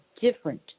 different